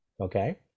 Okay